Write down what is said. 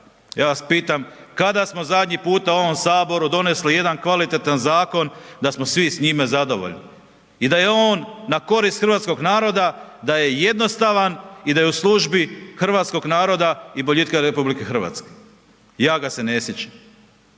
Ja vas pitam kada smo zadnji puta u ovom Saboru donijeli jedan kvalitetan zakon da smo svi s njime zadovoljni i da je on na korist hrvatskog naroda, da je jednostavan i da je u službi hrvatskog naroda i boljitka RH. Ja ga se ne sjećam.